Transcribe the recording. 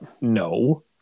No